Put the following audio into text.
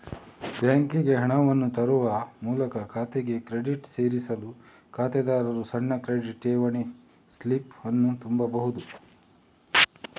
ಬ್ಯಾಂಕಿಗೆ ಹಣವನ್ನು ತರುವ ಮೂಲಕ ಖಾತೆಗೆ ಕ್ರೆಡಿಟ್ ಸೇರಿಸಲು ಖಾತೆದಾರರು ಸಣ್ಣ ಕ್ರೆಡಿಟ್, ಠೇವಣಿ ಸ್ಲಿಪ್ ಅನ್ನು ತುಂಬಬಹುದು